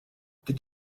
did